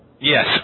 Yes